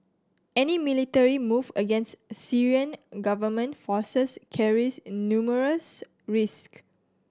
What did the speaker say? any military move against Syrian government forces carries numerous risk